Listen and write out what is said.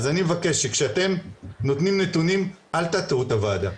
אז אני מבקש שכשאתם נותנים נתונים אל תטעו את הוועדה.